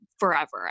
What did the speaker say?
forever